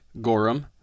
Gorum